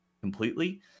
completely